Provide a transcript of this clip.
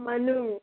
Manu